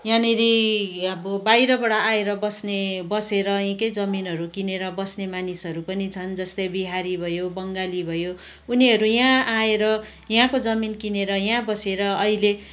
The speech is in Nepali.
यहाँनिर अब बाहिरबाट आएर बस्ने बसेर यहीँकै जमिनहरू किनेर बस्ने मानिसहरू पनि छन् जस्तै बिहारी भयो बङ्गाली भयो उनीहरू यहाँ आएर यहाँको जमिन किनेर यहाँ बसेर अहिले